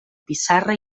pissarra